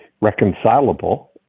reconcilable